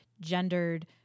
gendered